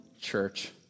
church